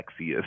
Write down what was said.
sexiest